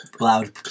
loud